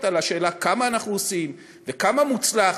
על השאלה כמה אנחנו עושים וכמה מוצלח.